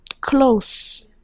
close